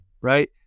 right